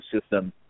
system